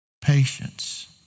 patience